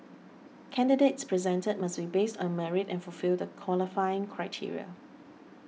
candidates presented must be based on merit and fulfil the qualifying criteria